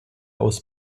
aus